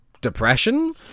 depression